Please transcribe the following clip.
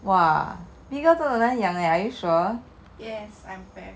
!wah! beagle 真的很难养 are you sure